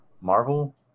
marvel